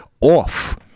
off